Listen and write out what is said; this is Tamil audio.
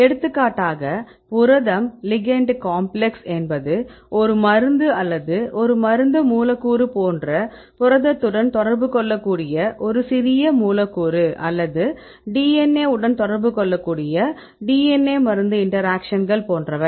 எடுத்துக்காட்டாக புரதம் லிகெெண்ட் காம்ப்ளக்ஸ்என்பது ஒரு மருந்து அல்லது ஒரு மருந்து மூலக்கூறு போன்ற புரதத்துடன் தொடர்பு கொள்ளக்கூடிய ஒரு சிறிய மூலக்கூறு அல்லது DNA உடன் தொடர்பு கொள்ளக்கூடிய DNA மருந்து இன்டராக்ஷன்கள் போன்றவை